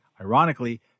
ironically